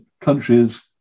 countries